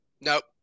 Nope